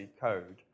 code